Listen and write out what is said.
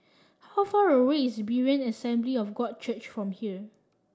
how far away is Berean Assembly of God Church from here